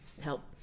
help